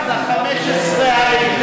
רק, רק ב-15 האיתנות.